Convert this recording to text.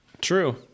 True